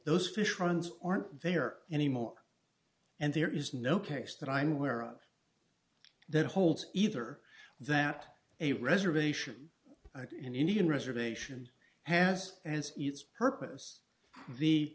those fish runs aren't there anymore and there is no case that i'm aware of that holds either that a reservation in indian reservation has as its purpose the